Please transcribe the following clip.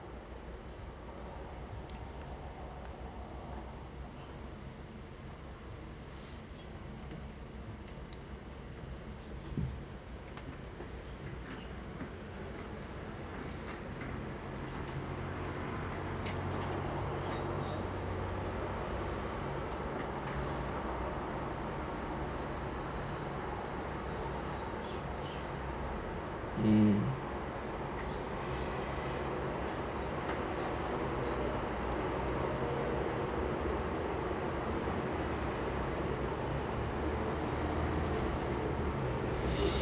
mm